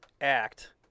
act